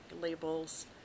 labels